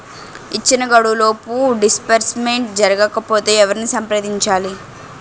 ఇచ్చిన గడువులోపు డిస్బర్స్మెంట్ జరగకపోతే ఎవరిని సంప్రదించాలి?